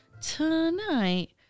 Tonight